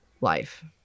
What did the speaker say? life